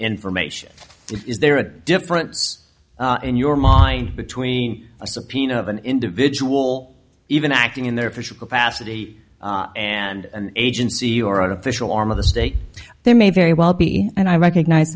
information is there a difference in your mind between a subpoena of an individual even acting in their official capacity and an agency or an official arm of the state they may very well be and i recognize